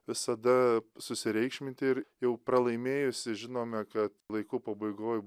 visada susireikšminti ir jau pralaimėjusi žinome kad laikų pabaigoj